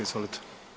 Izvolite.